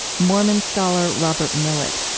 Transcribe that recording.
mormon scholar robert millet.